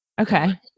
Okay